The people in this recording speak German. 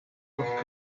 auf